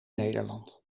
nederland